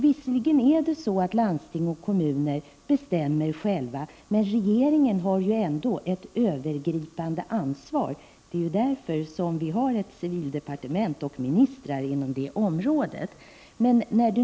Visserligen är det så att landsting och kommuner själva bestämmer, men regeringen har ju ändå ett övergripande ansvar — det är därför vi har ett civildepartement och ministrar inom det området.